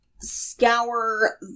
scour